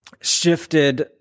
shifted